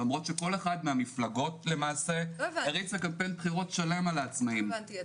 למרות שכל אחת מהמפלגות למעשה הריצו קמפיין בחירות שלם על העצמאים.